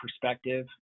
perspective